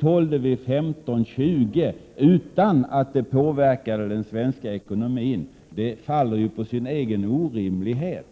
tålde 15—20 96 utan att det för den skull påverkade den svenska ekonomin. Detta faller ju på sin egen orimlighet.